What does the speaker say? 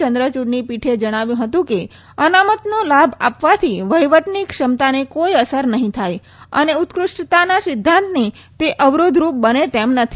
ચંદ્રયુડની પીઠે જણાવ્યું હતું કે અનામતનો લાભ આપવાથી વહીવટની ક્ષમતાને કોઈ અસર નહી થાય અને ઉત્કૃષ્ઠતાના સિધ્ધાંતને તે અવરોધ રૂપ બને તેમ નથી